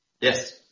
Yes